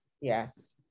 yes